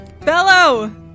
Bello